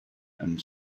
and